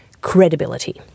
credibility